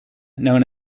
known